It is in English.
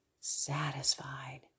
satisfied